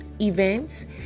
events